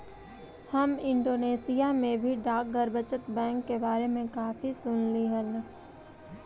हम इंडोनेशिया में भी डाकघर बचत बैंक के बारे में काफी सुनली हल